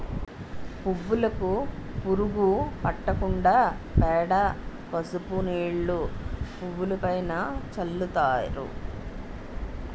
పువ్వులుకు పురుగు పట్టకుండా పేడ, పసుపు నీళ్లు పువ్వులుపైన చల్లుతారు